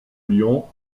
lyon